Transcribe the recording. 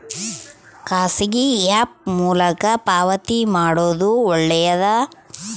ಖಾಸಗಿ ಆ್ಯಪ್ ಮೂಲಕ ಪಾವತಿ ಮಾಡೋದು ಒಳ್ಳೆದಾ?